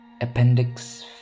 Appendix